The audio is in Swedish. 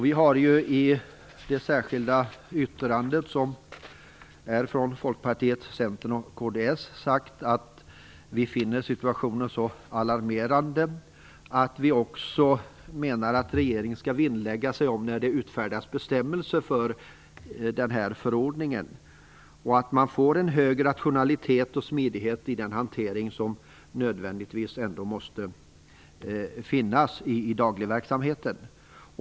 Vi har i det särskilda yttrandet från Folkpartiet, Centern och kds sagt att vi finner situationen alarmerande. Vi menar också att regeringen, när det utfärdas bestämmelser för denna förordning, skall vinnlägga sig om att man får en hög rationalitet och smidighet i den hantering som nödvändigtvis måste finnas i den dagliga verksamheten.